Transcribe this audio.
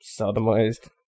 sodomized